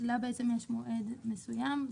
שלה יש מודד מסוים.